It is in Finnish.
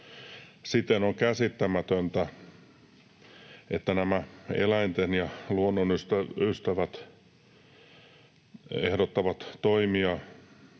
Siten on käsittämätöntä, että nämä eläinten ja luonnon ystävät ehdottavat toimia